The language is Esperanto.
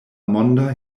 monda